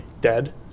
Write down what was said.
dead